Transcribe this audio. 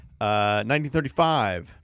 1935